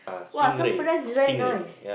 !wah! asam-pedas is very nice